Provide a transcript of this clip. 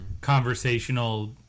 conversational